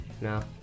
No